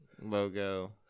logo